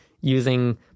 using